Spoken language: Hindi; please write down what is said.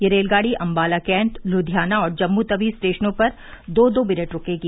यह रेलगाड़ी अम्बाला कैंट लुधियाना और जम्मू तवी स्टेशनों पर दो दो मिनट रूकेगी